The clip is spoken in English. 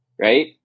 Right